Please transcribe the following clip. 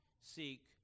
seek